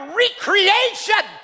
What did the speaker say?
recreation